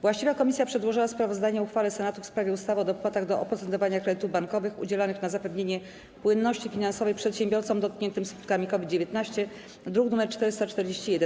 Właściwa komisja przedłożyła sprawozdanie o uchwale Senatu w sprawie ustawy o dopłatach do oprocentowania kredytów bankowych udzielanych na zapewnienie płynności finansowej przedsiębiorcom dotkniętym skutkami COVID-19, druk nr 441.